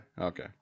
Okay